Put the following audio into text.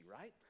right